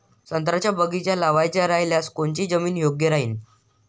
संत्र्याचा बगीचा लावायचा रायल्यास कोनची जमीन योग्य राहीन?